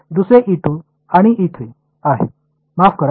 दुसरे आणि आहे माफ करा